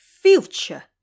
future